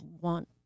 want